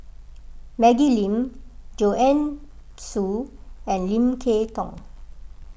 Maggie Lim Joanne Soo and Lim Kay Tong